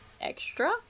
extra